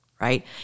right